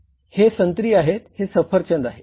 हे संत्री आहेत हे सफरचंद आहे